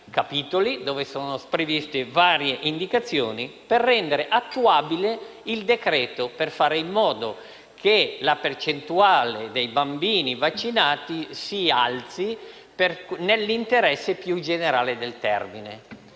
vari capitoli e varie indicazioni per renderlo attuabile e fare in modo che la percentuale dei bambini vaccinati si alzi nell'interesse più generale del termine.